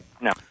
No